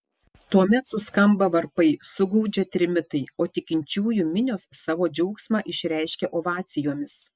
tuomet suskamba varpai sugaudžia trimitai o tikinčiųjų minios savo džiaugsmą išreiškia ovacijomis